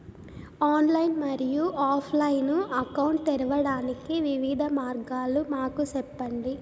Online మరియు offline account తెరవడానికి వివిధ మార్గాలు మాకు సెప్పండి?